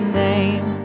name